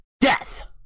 Death